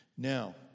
Now